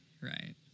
right